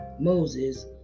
Moses